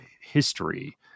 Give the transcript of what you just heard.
history